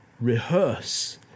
Rehearse